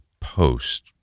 Post